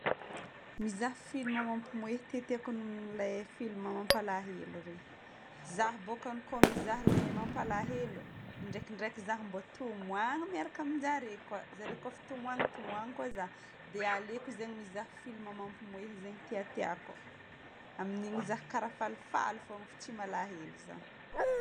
Mizaha filma mampimoehy ty tiako noho ilay filma mampalahelo regny. Za bokany ko mizaha ilay mampalahelo, draikindraiky zaho mbô tomany miaraka amin-jare koa. Zare kofa tomany, tomany koa zaho. Dia aleoko zegny mizaha filma mampimoehy zagny ty tiako. Amin'igny zaho karaha falifaly fôgna fa tsy malahelo zagny.